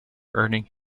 earning